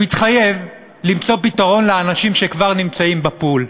הוא התחייב למצוא פתרון לאנשים שכבר נמצאים בפול.